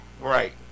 Right